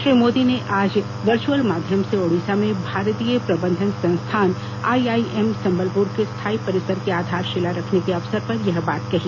श्री मोदी ने आज वर्चुअल माध्यम से ओडिसा में भारतीय प्रबंधन संस्थान आईआईएम संबलपुर के स्थायी परिसर की आधारशिला रखने के अवसर पर यह बात कही